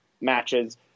matches